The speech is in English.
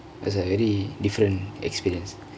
was a very different experience